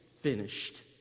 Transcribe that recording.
finished